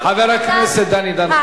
אולי על ה"מרמרה" חבר הכנסת דני דנון,